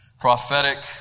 prophetic